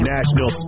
National